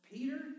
Peter